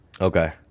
Okay